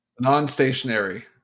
Non-stationary